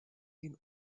den